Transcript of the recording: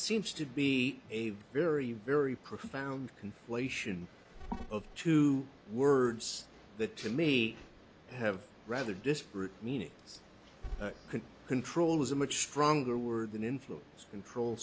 seems to be a very very profound conflation of two words that to me have rather disparate meanings can control is a much stronger word than influence control